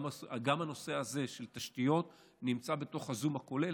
גם הנושא הזה של תשתיות נמצא בזום הכולל.